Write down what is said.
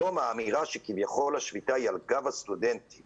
היום האמירה שביכול השביתה היא על גב הסטודנטים